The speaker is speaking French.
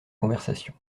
conversation